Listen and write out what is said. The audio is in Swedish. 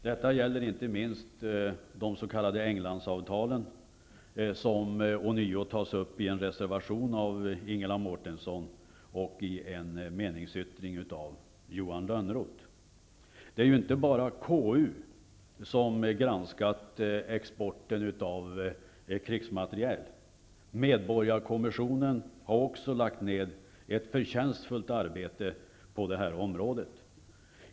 Detta gäller inte minst de s.k. Englandsavtalen, som ånyo tas upp i en reservation av Ingela Mårtensson och i en meningsyttring av Det är ju inte bara konstitutionsutskottet som har granskat exporten av krigsmateriel. Medborgarkommissionen har också lagt ned ett förtjänstfullt arbete på det här området.